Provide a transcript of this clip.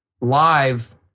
live